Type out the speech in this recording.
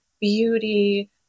beauty